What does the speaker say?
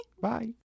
Bye